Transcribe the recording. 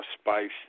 Spice